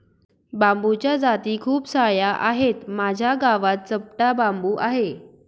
बांबूच्या जाती खूप सार्या आहेत, माझ्या गावात चपटा बांबू आहे